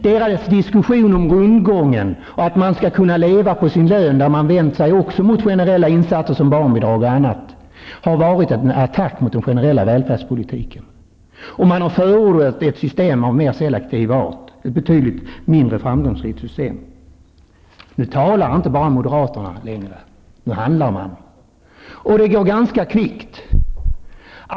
Detta partis resonemang om rundgången och om att man skall kunna leva på sin lön, varvid man också vänt sig mot generella insatser som barnbidrag och annat, har inneburit en attack mot den generella välfärdspolitiken. Man har förordat ett system av mer selektiv art, ett system som visat sig vara betydligt mindre framgångsrikt. Nu talar inte moderaterna bara, nu handlar de. Man är ganska kvick.